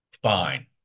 Fine